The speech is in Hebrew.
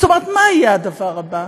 זאת אומרת, מה יהיה הדבר הבא?